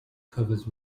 covers